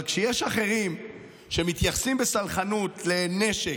אבל כשיש אחרים שמתייחסים בסלחנות לנשק,